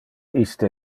iste